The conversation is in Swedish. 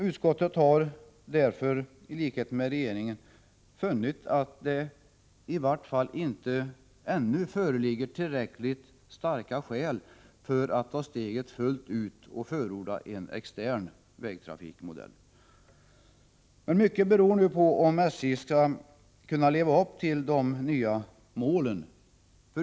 Utskottet har därför i likhet med regeringen funnit att det i varje fall inte ännu föreligger tillräckligt starka skäl att ta steget fullt ut och förorda en extern vägtrafikmodell. Mycket beror nu på om SJ skall kunna leva upp till de nya målen.